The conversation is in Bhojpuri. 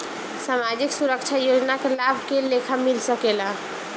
सामाजिक सुरक्षा योजना के लाभ के लेखा मिल सके ला?